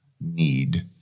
need